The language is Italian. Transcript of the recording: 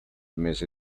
mese